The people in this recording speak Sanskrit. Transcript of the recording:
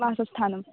वासस्थानम्